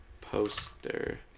poster